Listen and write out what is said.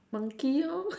monkey lor